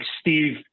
Steve